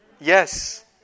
Yes